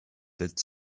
that